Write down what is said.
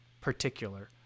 particular